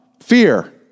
Fear